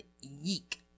yeek